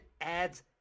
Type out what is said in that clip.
adds